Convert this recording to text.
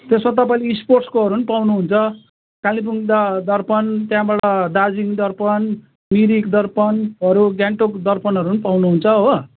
त्यसमा तपाईँले स्पोर्ट्सकोहरू पनि पाउँनुहुन्छ कालिम्पोङ द दर्पण त्यहाँबाट दार्जिलिङ दर्पण मिरिक दर्पणहरू गान्तोक दर्पणहरू पनि पाउनुहुन्छ हो